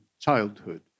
childhood